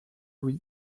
louis